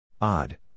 Odd